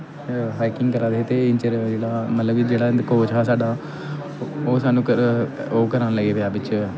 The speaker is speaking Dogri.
हाइकिंग करादे हे ते इ'न्ने चिर जेह्ड़ा मतलब कि जेह्ड़ा कोच हा साढ़ा ओह् साह्नू करान ओह् साह्नू करान लगी पेआ बिच्च